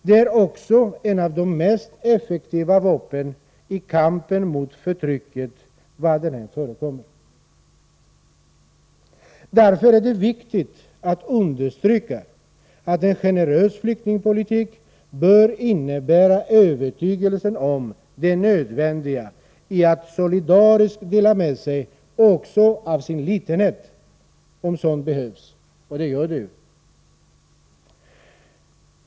Den är också ett av de mest effektiva vapnen i kampen mot förtryck var det än förekommer. Därför är det viktigt understryka att en generös flyktingpolitik bör innebära övertygelsen om det nödvändiga i att solidariskt dela med sig också av sin litenhet, om så behövs och det gör det ju.